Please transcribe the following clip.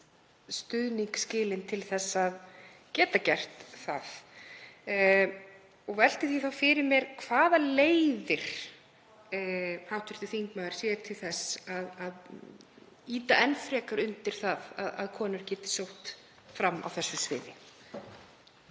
stuðning skilinn til að geta gert það. Ég velti því fyrir mér hvaða leiðir hv. þingmaður sér til þess að ýta enn frekar undir það að konur geti sótt fram á þessu sviði.